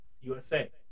USA